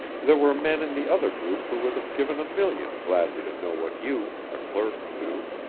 there were men in the other group who would have given a million gladly to know what you, a clerk, knew.